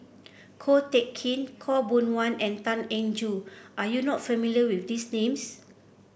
Ko Teck Kin Khaw Boon Wan and Tan Eng Joo are you not familiar with these names